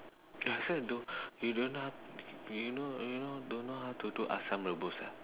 last time don't you don't know you know you know don't know how to do asam rebus ah